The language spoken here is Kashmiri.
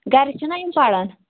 گَرِ چھِنا یِم پَران